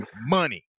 money